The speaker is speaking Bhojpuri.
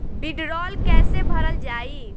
भीडरौल कैसे भरल जाइ?